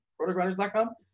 rotogrinders.com